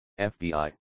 FBI